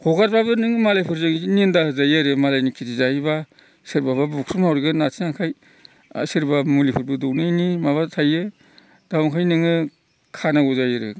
हगारब्लाबो नों मालायफोरजों निन्दा होजायो आरो मालायनि खेथि जायोबा सोरबाबा बुख्रुबना हरगोन आथिं आखाय आर सोरबाबा मुलिफोरबो दौनायनि माबा थायो दा ओंखायनो नोङो खानांगौ जायो आरो